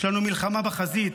יש לנו מלחמה בחזית,